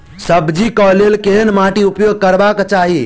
सब्जी कऽ लेल केहन माटि उपयोग करबाक चाहि?